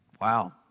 Wow